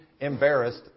embarrassed